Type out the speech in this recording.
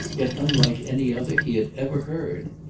yet unlike any other he had ever heard.